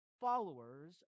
followers